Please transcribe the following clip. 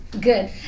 Good